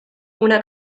una